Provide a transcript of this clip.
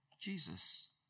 Jesus